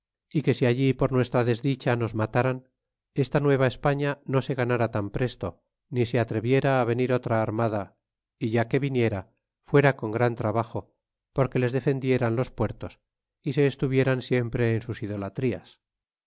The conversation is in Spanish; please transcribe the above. pertrechos que si allí por nuestra desdicha nos mataran esta nueva españa no se ganara tan presto ni se atreviera venir otra armada é ya que viniera fuera con gran trabajo porque les defendieran los puertos y se estuvieran siempre en sus idolatrías